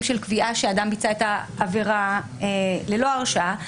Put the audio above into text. של קביעה שאדם ביצע את העבירה ללא הרשעה.